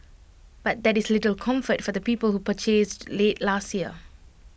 but that is little comfort for the people who purchased late last year